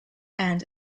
and